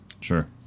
Sure